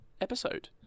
episode